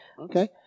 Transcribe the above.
Okay